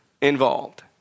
involved